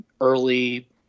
early